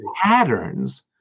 Patterns